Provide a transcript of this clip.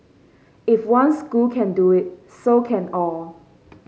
if one school can do it so can all